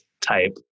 type